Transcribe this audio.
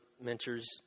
mentors